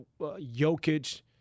Jokic